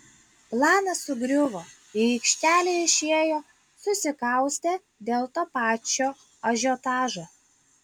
planas sugriuvo į aikštelę išėjo susikaustę dėl to pačio ažiotažo